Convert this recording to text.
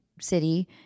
city